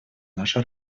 наша